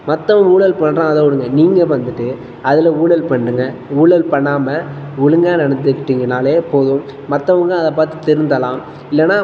மற்றவங்க ஊழல் பண்ணுறாங்க அதை விடுங்க நீங்கள் வந்துவிட்டு அதில் ஊழல் பண்ணுங்கள் ஊழல் பண்ணாமல் ஒழுங்கா நடந்துக்கிட்டீங்கனாலே போதும் மற்றவங்க அதைப் பார்த்து திருந்தலாம் இல்லைன்னா